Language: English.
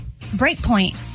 Breakpoint